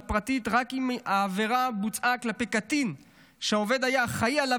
פרטית רק אם העבירה בוצעה כלפי קטין שהעובד היה אחראי עליו